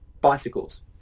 Bicycles